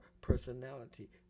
personality